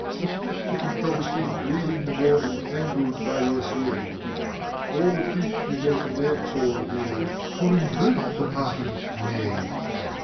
dismiss the controversy bleeding, the more entangled by your hearing all the peace you make in their cause is calling both the parties knaves.